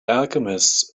alchemists